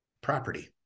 property